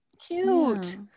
Cute